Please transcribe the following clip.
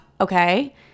okay